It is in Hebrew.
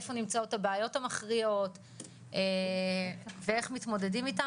איפה נמצאות הבעיות המכריעות ואיך מתמודדים איתם